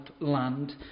land